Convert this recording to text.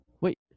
Wait